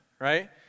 right